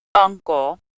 uncle